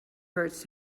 hurts